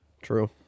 true